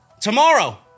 Tomorrow